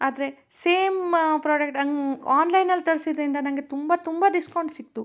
ಆದರೆ same product ಹಂಗ್ ಆನ್ಲೈನಲ್ಲಿ ತರಿಸಿದ್ರಿಂದ ನಂಗೆ ತುಂಬ ತುಂಬ ಡಿಸ್ಕೌಂಟ್ ಸಿಕ್ತು